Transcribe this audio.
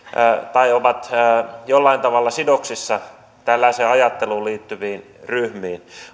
tai ovat jollain tavalla sidoksissa tällaiseen ajatteluun liittyviin ryhmiin